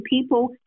people